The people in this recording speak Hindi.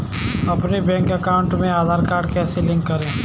अपने बैंक अकाउंट में आधार कार्ड कैसे लिंक करें?